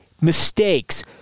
mistakes